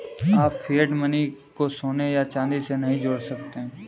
आप fiat money को सोने या चांदी से नहीं जोड़ सकते